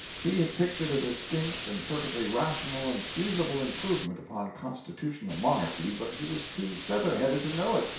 he had pictured a distinct and perfectly rational and feasible improvement upon constitutional monarchy, but he was too feather-headed to know it,